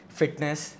fitness